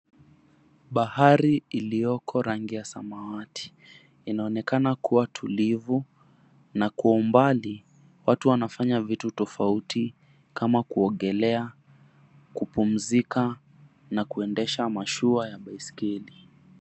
Bahari iliyoko rangi ya samawati, inaonekana kuwa tulivu na kwa umbali watu wanafanya vitu tofauti kama kuogelea, kupumzika, na kuendesha mashua ya baiskeli.